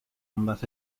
ambas